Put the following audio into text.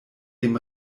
dem